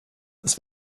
das